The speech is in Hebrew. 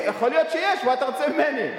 אף אחד, יכול להיות שיש, מה אתה רוצה ממני.